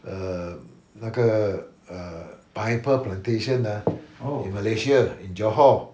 err 那个 err pineapple plantation ah in malaysia in johor